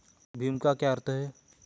भीम का क्या अर्थ है?